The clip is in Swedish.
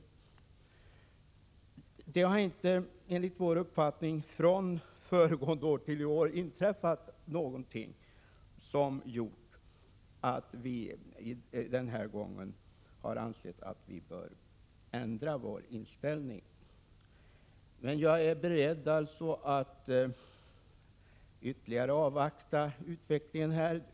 Emellertid har det inte enligt utskottets uppfattning inträffat någonting sedan föregående år som gjort att vi ansett oss böra ändra vår inställning. Jag är dock beredd att ytterligare avvakta utvecklingen.